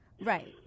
Right